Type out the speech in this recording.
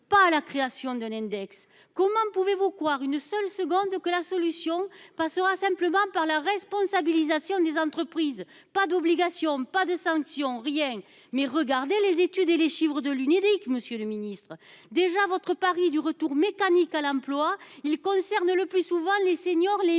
pas à la création d'un index, comment pouvez-vous croire une seule seconde que la solution passera simplement par la responsabilisation des entreprises, pas d'obligations. Pas de sanctions rien mais regardez les études et les chiffres de l'Unédic, Monsieur le Ministre déjà votre pari du retour mécanique à l'emploi, il concerne le plus souvent les seniors les mieux